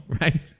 Right